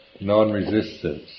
non-resistance